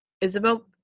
Isabel